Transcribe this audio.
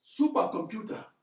supercomputer